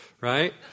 right